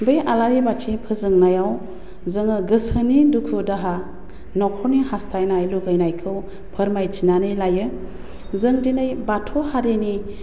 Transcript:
बे आलारि बाथि फोजोंनायाव जोङो गोसोनि दुखु दाहा नख'रनि हास्थायनाय लुगैनायखौ फोरमायथिनानै लायो जों दिनै बाथौ हारिनि